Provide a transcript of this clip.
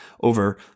over